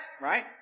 right